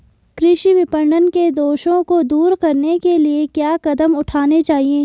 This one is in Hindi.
कृषि विपणन के दोषों को दूर करने के लिए क्या कदम उठाने चाहिए?